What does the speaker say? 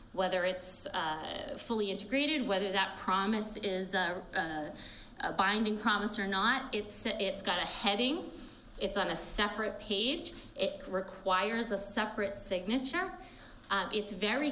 whether it's fully integrated whether that promise is a binding promise or not it's a it's got a heading it's on a separate page it requires a separate signature it's very